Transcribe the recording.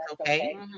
okay